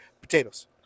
potatoes